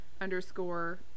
underscore